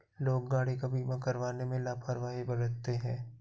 लोग गाड़ी का बीमा करवाने में लापरवाही बरतते हैं